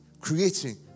creating